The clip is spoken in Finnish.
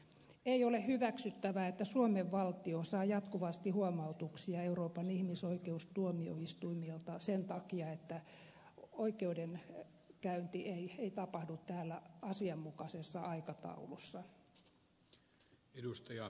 ei ole hyväksyttävää että suomen valtio saa jatkuvasti huomautuksia euroopan ihmisoikeustuomioistuimilta sen takia että oikeudenkäynti ei tapahdu täällä asianmukaisessa aikataulussa